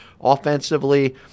Offensively